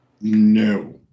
No